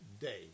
day